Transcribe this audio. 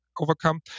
overcome